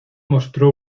mostró